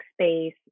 space